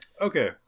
okay